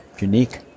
unique